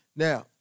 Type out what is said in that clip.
Now